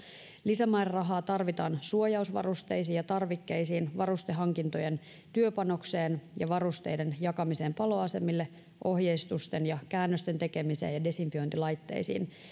lisämäärärahaa tarvitaan suojausvarusteisiin ja tarvikkeisiin varustehankintojen työpanokseen ja varusteiden jakamiseen paloasemille ohjeistusten ja käännösten tekemiseen ja desinfiointilaitteisiin